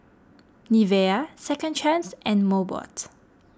Nivea Second Chance and Mobot